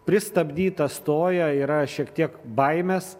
pristabdyta stoja yra šiek tiek baimės